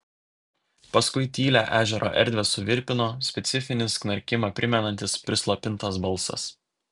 paskui tylią ežero erdvę suvirpino specifinis knarkimą primenantis prislopintas balsas